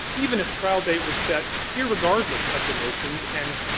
even if trial date was set irregardless of the motions and and